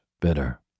bitter